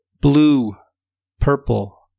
blue-purple